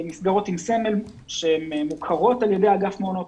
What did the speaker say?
מסגרות עם סמל שהן מוכרות על ידי אגף מעונות